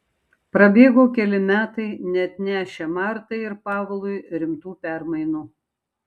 prabėgo keli metai neatnešę martai ir pavlui rimtų permainų